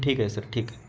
ठीक आहे सर ठीक आहे